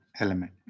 element